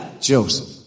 Joseph